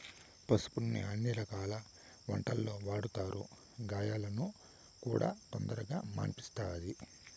పసుపును అన్ని రకాల వంటలల్లో వాడతారు, గాయాలను కూడా తొందరగా మాన్పిస్తది